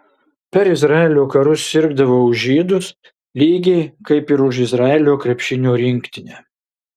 per izraelio karus sirgdavau už žydus lygiai kaip ir už izraelio krepšinio rinktinę